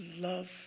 love